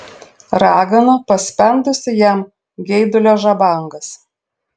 ragana paspendusi jam geidulio žabangas